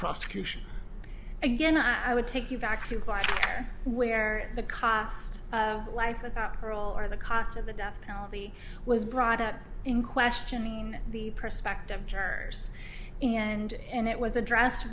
prosecution again i would take you back to life where the cost of life without parole or the costs of the death penalty was brought up in question in the prospective jurors and it was addressed